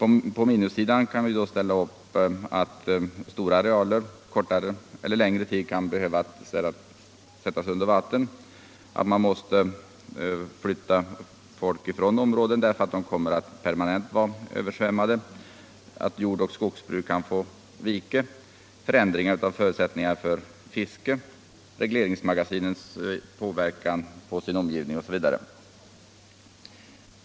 På minussidan kan vi ställa upp att stora arealer kortare eller längre tid kan behöva sättas under vatten, att man måste flytta folk från områden som permanent kommer att vara översvämmade, att jordoch skogsbruk kan få vika, att förutsättningarna för fisket förändras, att regleringsmagasinen påverkar sin omgivning, osv.